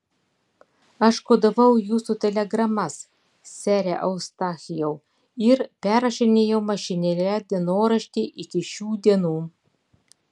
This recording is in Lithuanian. aš kodavau jūsų telegramas sere eustachijau ir perrašinėjau mašinėle dienoraštį iki šių dienų